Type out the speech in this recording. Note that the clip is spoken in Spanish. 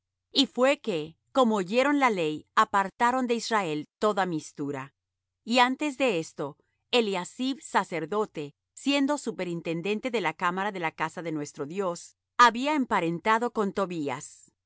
y fué que como oyeron la ley apartaron de israel toda mistura y antes de esto eliasib sacerdote siendo superintendente de la cámara de la casa de nuestro dios había emparentado con tobías